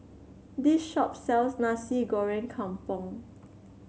this shop sells Nasi Goreng Kampung